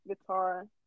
guitar